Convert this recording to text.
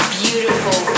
beautiful